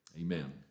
amen